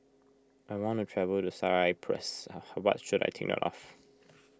I want to travel to Cyprus what should I take note of